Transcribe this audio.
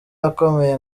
akomeye